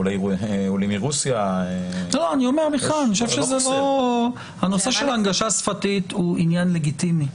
אני חושב שהנושא של הנגשה שפתית הוא עניין לגיטימי.